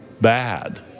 bad